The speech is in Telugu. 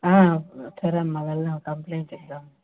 ఓకేరా అమ్మా వెళ్దాము కంప్లెయింట్ ఇద్దాము